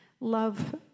love